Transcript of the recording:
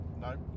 No